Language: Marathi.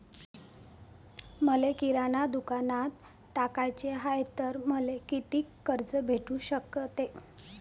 मले किराणा दुकानात टाकाचे हाय तर मले कितीक कर्ज भेटू सकते?